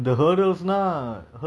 ya so that's one